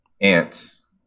Ants